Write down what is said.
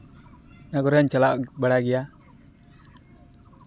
ᱱᱚᱣᱟ ᱠᱚᱨᱮᱫ ᱤᱧ ᱪᱟᱞᱟᱜ ᱵᱟᱲᱟ ᱜᱮᱭᱟ